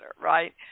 Right